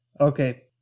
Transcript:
okay